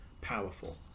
powerful